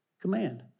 command